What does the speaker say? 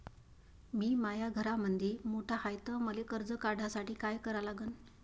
मी माया घरामंदी मोठा हाय त मले कर्ज काढासाठी काय करा लागन?